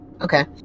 Okay